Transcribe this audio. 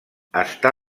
està